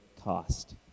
cost